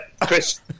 Chris